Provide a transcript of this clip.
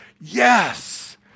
Yes